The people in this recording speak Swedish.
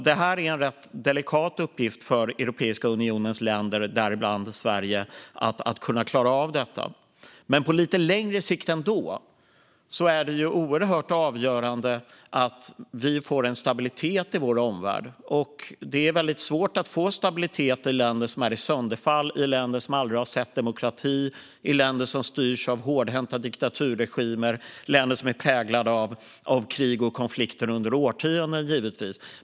Det är en rätt delikat uppgift för Europeiska unionens länder, däribland Sverige, att kunna klara av detta. På lite längre sikt är det avgörande att vi får en stabilitet i vår omvärld. Det är väldigt svårt att få stabilitet i länder som är i sönderfall, i länder som aldrig har sett demokrati, i länder som styrs av hårdhänta diktaturregimer och givetvis i länder som har präglats av krig och konflikter under årtionden.